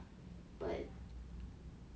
but